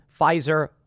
Pfizer